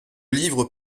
livre